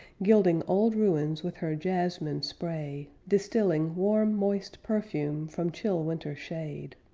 gilding old ruins with her jasmine spray, distilling warm moist perfume from chill winter shade.